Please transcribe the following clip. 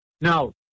Now